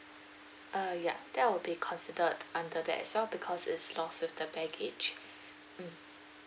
uh ya that will be considered under that so because is lost with the baggage mm